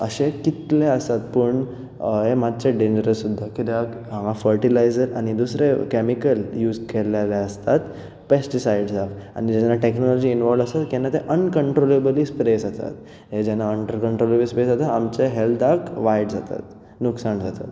अशे कितले आसात पूण हें मातशें डेंजरस सुद्दां कित्याक हांगा फटिलायझर आनी दुसरे कॅमिकल यूज केल्लेले आसतात पॅस्टिसायड्जां आनी जेन्ना टॅक्नोलॉजी इनवॉल्व आसता तेन्ना तें अनकंट्रोलेबली स्प्रे जातात हें जेन्ना अंट्रकंट्रबली स्प्रे जाता आमचे हॅल्थाक वायट जातात नुकसाण जातात